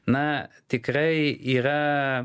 na tikrai yra